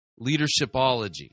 Leadershipology